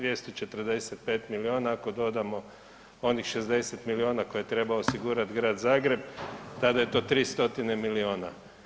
245 milijuna ako dodamo onih 60 milijuna koje treba osigurati Grad Zagreb, tada je to 3 stotine milijuna.